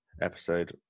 episode